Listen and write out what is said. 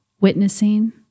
witnessing